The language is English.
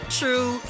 true